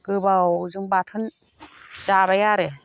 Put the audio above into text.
गोबावजों बाथोन जाबाय आरो